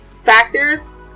factors